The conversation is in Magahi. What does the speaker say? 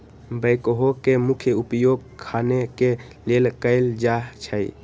बैकहो के मुख्य उपयोग खने के लेल कयल जाइ छइ